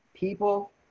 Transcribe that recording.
People